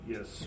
Yes